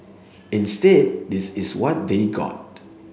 instead this is what they got